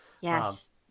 Yes